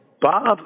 Bob